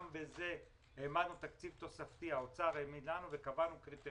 גם בזה משרד האוצר העמיד לנו תקציב תוספתי וקבענו קריטריונים.